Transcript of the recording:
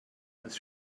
ist